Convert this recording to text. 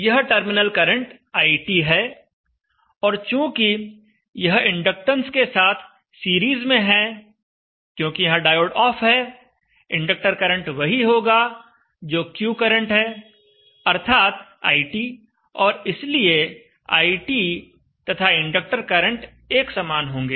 यह terminal current IT है और चूँकि यह इंडक्टेंस के साथ सीरीज में है क्योंकि यहां डायोड ऑफ है इंडक्टर करंट वही होगा जो Q करंट है अर्थात IT और इसलिए IT तथा इंडक्टर करंट एक समान होंगे